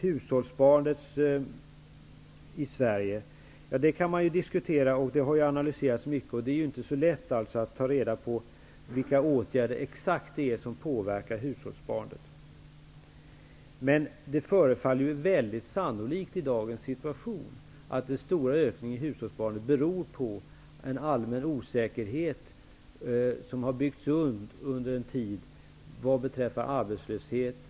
hushållssparandet i Sverige, kan diskuteras. Det har analyserats mycket. Det är inte lätt att ta reda på exakt vilka åtgärder som påverkar hushållssparandet. Men det förefaller i dagens situation mycket sannolikt att den stora ökningen i hushållssparandet beror på en allmän osäkerhet, som har byggts upp under en tid, vad beträffar arbetslöshet.